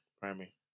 Primary